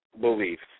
beliefs